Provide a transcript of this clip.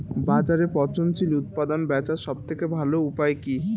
বাজারে পচনশীল উৎপাদন বেচার সবথেকে ভালো উপায় কি?